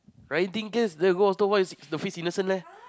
riding guest there go hostel where is it the face innocent leh